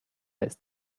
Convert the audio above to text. ist